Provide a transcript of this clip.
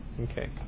Okay